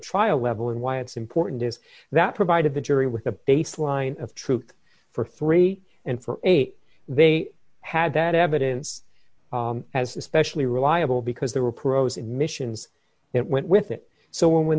trial level and why it's important is that provided the jury with a baseline of truth for three and for eight they had that evidence as especially reliable because there were pros admissions that went with it so when the